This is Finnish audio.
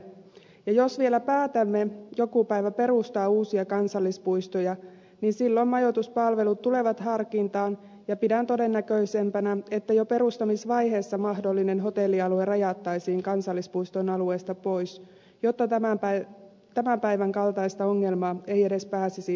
ja jos vielä päätämme joku päivä perustaa uusia kansallispuistoja niin silloin majoituspalvelut tulevat harkintaan ja pidän todennäköisempänä että jo perustamisvaiheessa mahdollinen hotellialue rajattaisiin kansallispuiston alueesta pois jotta tämän päivän kaltaista ongelmaa ei edes pääsisi syntymään